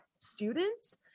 students